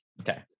Okay